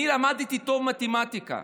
אני למדתי טוב מתמטיקה,